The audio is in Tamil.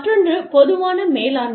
மற்றொன்று பொதுவான மேலாண்மை